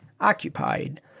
occupied